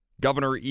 Governor